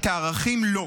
את הערכים לא.